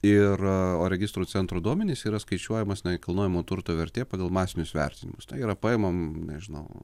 ir o registrų centro duomenys yra skaičiuojamas nekilnojamo turto vertė pagal masinius vertinimus tai yra paimam nežinau